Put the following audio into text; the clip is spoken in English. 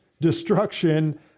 destruction